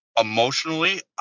emotionally